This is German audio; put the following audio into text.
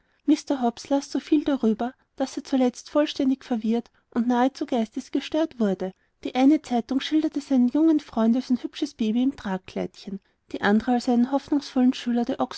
mr hobbs las so viel darüber daß er zuletzt vollständig verwirrt und nahezu geistesgestört wurde die eine zeitung schilderte seinen jungen freund als ein hübsches baby im tragkleidchen die andere als einen hoffnungsvollen schüler der